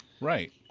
Right